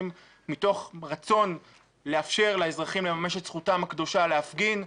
מתוך רצון לאפשר לאזרחים לממש את זכותם הקדושה להפגין.